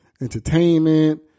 entertainment